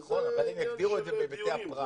נכון, אבל הם יגדירו את זה בהיבטי הפרט.